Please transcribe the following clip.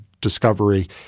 discovery